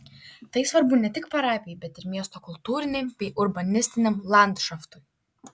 tai svarbu ne tik parapijai bet ir miesto kultūriniam bei urbanistiniam landšaftui